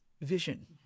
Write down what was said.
vision